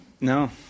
No